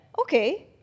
okay